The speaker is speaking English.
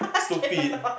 stupid